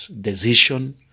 decision